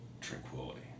tranquility